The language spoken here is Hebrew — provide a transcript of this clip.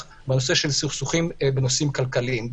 בעולם של סכסוכים בנושאים כלכליים ועסקיים.